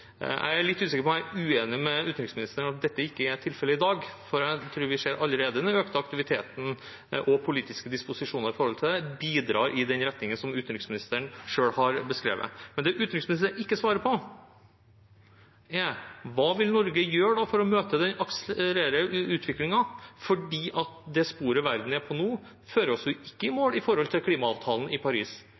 Jeg er litt usikker på om jeg er uenig med utenriksministeren i at dette ikke er tilfellet i dag, for jeg tror vi ser allerede nå at den økte aktiviteten og politiske disposisjoner i forhold til dette bidrar i den retningen som utenriksministeren selv har beskrevet. Men det utenriksministeren ikke svarer på, er: Hva vil Norge gjøre for å møte den akselererende utviklingen? For det sporet verden er på nå, fører oss jo ikke i mål i forhold til klimaavtalen i Paris.